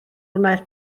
wnaeth